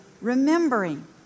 remembering